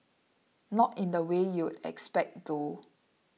not in the way you'd expect though